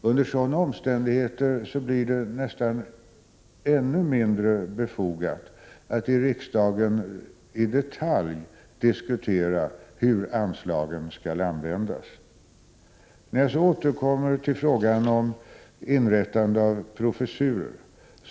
Under sådana omständigheter blir det nästan ännu mindre befogat att i riksdagen i detalj diskutera hur anslagen skall användas. Så återkommer jag till frågan om inrättande av en professur.